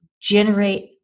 generate